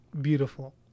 beautiful